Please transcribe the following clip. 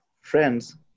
friends